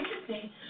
interesting